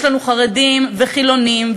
יש לנו חרדים וחילונים,